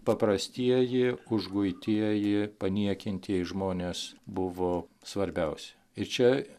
paprastieji užguitieji paniekintieji žmonės buvo svarbiausi ir čia